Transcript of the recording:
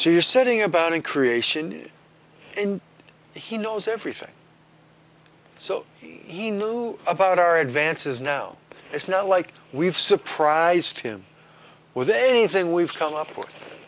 so you sitting about in creation and he knows everything so he knew about our advances now it's not like we've surprised him with a anything we've come up with